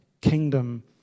kingdom